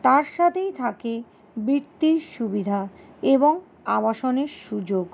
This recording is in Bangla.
তার সাথেই থাকে বৃত্তির সুবিধা এবং আবাসনের সুযোগ